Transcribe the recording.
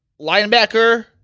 linebacker